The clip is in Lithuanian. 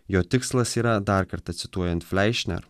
jo tikslas yra dar kartą cituojant fleišner